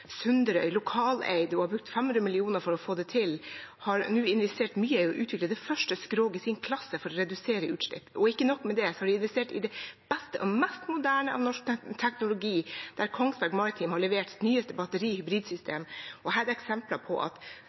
lokaleid og har brukt 500 mill. kr for å få det til. Man har investert mye i å utvikle det første skroget i sin klasse for å redusere utslipp, og ikke nok med det: Man har investert i det beste og mest moderne av norsk teknologi, der Kongsberg Maritime har levert sitt nyeste batteridrivsystem. Dette er eksempler på at